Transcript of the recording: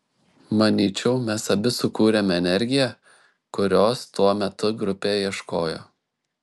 manyčiau mes abi sukūrėme energiją kurios tuo metu grupė ieškojo